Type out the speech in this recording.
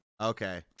Okay